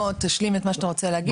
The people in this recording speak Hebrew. תשלים את מה שרצית להגיד.